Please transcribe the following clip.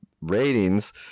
ratings